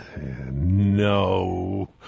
No